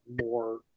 more